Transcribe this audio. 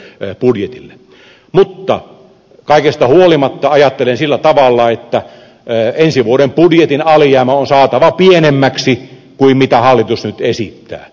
mutta kaikesta huolimatta ajattelen sillä tavalla että ensi vuoden budjetin alijäämä on saatava pienemmäksi kuin mitä hallitus nyt esittää